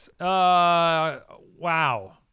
Wow